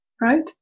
right